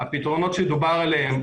הפתרונות שדובר עליהם,